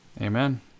Amen